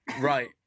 Right